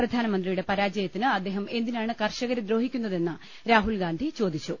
പ്രധാനമന്ത്രി യുടെ പരാജയത്തിന് അദ്ദേഹം എന്തിനാണ് കർഷകരെ ദ്രോഹി ക്കുന്നതെന്ന് രാഹുൽഗാന്ധി ചോദിച്ചു